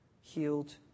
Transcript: healed